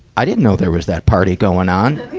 i didn't know there was that party going on.